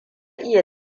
iya